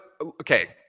Okay